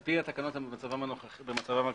על פי התקנות במצבן הקיים,